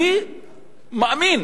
אני מאמין